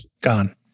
gone